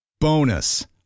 Bonus